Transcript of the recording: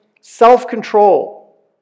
self-control